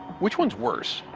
which one's worse?